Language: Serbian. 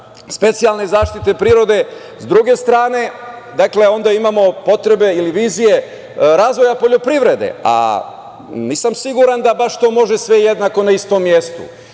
specijalne zaštite prirode. S druge strane, onda imamo potrebe ili vizije razvoja poljoprivrede, a nisam siguran da baš to može sve jednako na istom mestu.